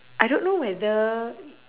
I don't know whether